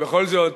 בכל זאת,